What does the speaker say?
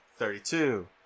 Thirty-two